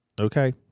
okay